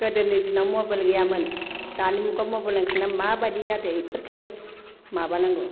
गोदोनि दिनाव मबाइल गैयामोन दानि मुगायाव मबाइल ओंखरनानै माबादि जादो इफोरखो माबा नांगौ